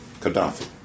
Gaddafi